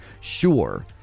sure